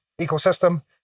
ecosystem